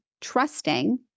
trusting